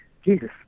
jesus